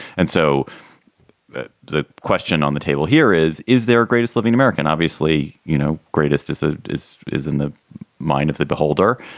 and so the the question on the table here is, is there a greatest living american? obviously, you know, greatest asset ah is is in the mind of the beholder.